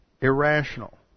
irrational